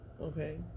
Okay